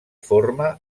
forma